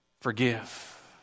forgive